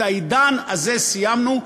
את העידן הזה סיימנו,